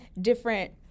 different